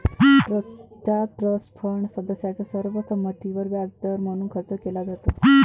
ट्रस्टचा trust fund सदस्यांच्या सर्व संमतीवर व्याजदर म्हणून खर्च केला जातो